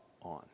on